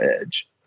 edge